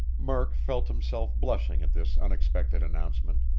murk felt himself blushing at this unexpected announcement.